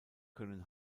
können